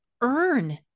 earn